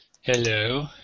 Hello